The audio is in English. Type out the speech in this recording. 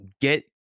get